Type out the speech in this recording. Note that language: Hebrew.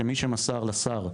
שמי שמסר לשר,